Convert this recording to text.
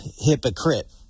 hypocrite